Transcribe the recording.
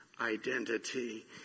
identity